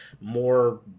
more